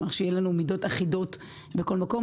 שיהיו לנו מידות אחידות בכל מקום,